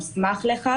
מי המוסמך לכך,